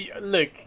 Look